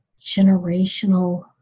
generational